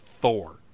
Thor